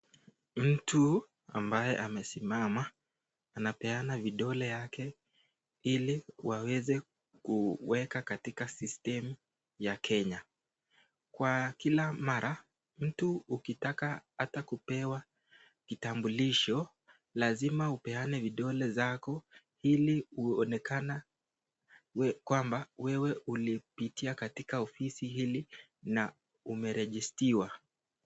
Mtu ambaye amesimama, anapeana vidole yake ili waweze kuweka katika system ya Kenya. Kwa kila mara, mtu ukitaka hata kupewa kitambulisho, lazima upeane vidole zako ili uonekane kwamba wewe ulipitia katika ofisi hili na umeregistiwa.